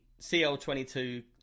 cl22